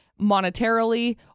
monetarily